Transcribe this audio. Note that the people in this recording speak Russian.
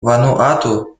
вануату